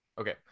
Okay